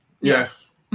Yes